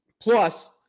plus